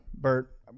Bert